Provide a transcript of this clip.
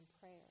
prayer